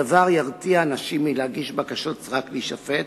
הדבר ירתיע אנשים מלהגיש בקשות סרק להישפט,